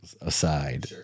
aside